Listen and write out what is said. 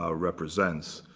ah represents.